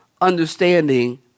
understanding